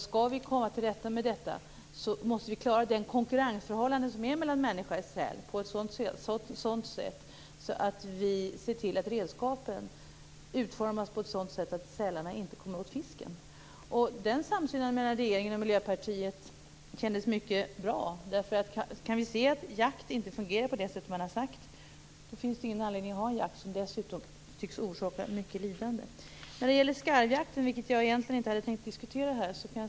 Skall vi komma till rätta med det här problemet måste vi klara det konkurrensförhållande som finns mellan människa och säl genom att se till att redskapen utformas på ett sådant sätt att sälarna inte kommer åt fisken. Den samsynen mellan regeringen och Miljöpartiet kändes mycket bra. Kan vi se att jakt inte fungerar på det sätt man har sagt finns det ju ingen anledning att ha jakt, som dessutom tycks orsaka mycket lidande. Skarvjakten hade jag egentligen inte tänkt diskutera här.